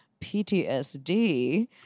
PTSD